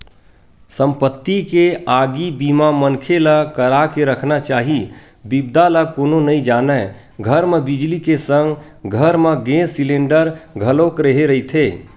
संपत्ति के आगी बीमा मनखे ल करा के रखना चाही बिपदा ल कोनो नइ जानय घर म बिजली के संग घर म गेस सिलेंडर घलोक रेहे रहिथे